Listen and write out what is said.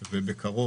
לחזור בקרוב